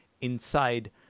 inside